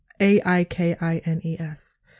A-I-K-I-N-E-S